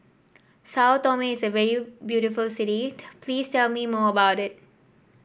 Sao Tome is a very beautiful city tell please tell me more about it